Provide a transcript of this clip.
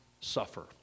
suffer